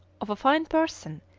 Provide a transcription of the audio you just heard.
of a fine person,